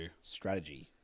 strategy